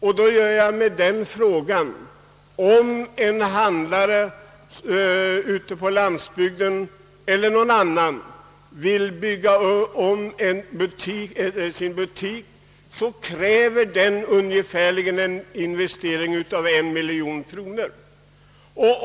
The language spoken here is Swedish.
Om en handlare vill bygga om sin butik, krävs det en investering av ungefär en miljon kronor.